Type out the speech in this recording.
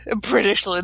British